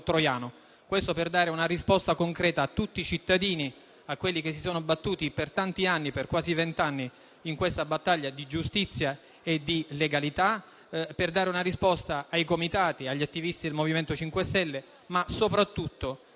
troiano. Questo per dare una risposta concreta a tutti i cittadini, a quelli che si sono battuti per tanti anni, per quasi vent'anni, in questa battaglia di giustizia e di legalità, ai comitati, agli attivisti del MoVimento 5 Stelle, ma soprattutto